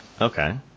okay